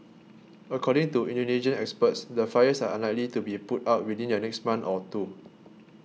according to Indonesian experts the fires are unlikely to be put out within the next month or two